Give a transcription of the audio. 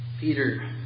Peter